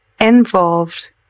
involved